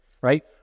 right